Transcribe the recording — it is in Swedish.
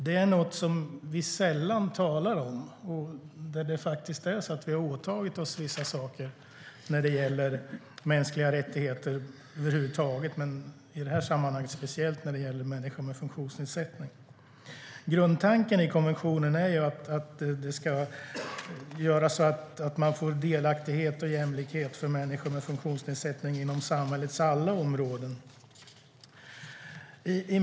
Det är något som vi sällan talar om, men vi har faktiskt åtagit oss vissa saker när det gäller mänskliga rättigheter, och i det här sammanhanget speciellt när det gäller människor med funktionsnedsättning. Grundtanken i konventionen är att människor med funktionsnedsättning ska känna delaktighet och behandlas jämlikt inom samhällets alla områden.